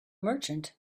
merchant